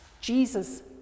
Jesus